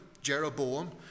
Jeroboam